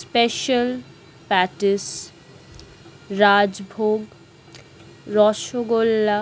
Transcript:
special patties rajbhog rasgulla